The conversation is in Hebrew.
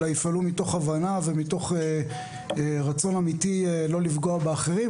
אלא יפעלו מתוך הבנה ומתוך רצון אמיתי לא לפגוע באחרים,